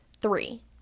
Three